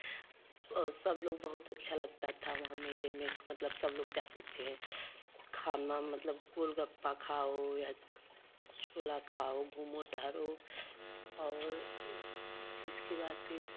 और सब लोग बहुत अच्छा लगता था वहाँ मेंले मतलब सब लोग जाते थे खाना मतलब गोलगप्पा खाओ या छोला खाओ घूमों टहलो और इसके बाद फिर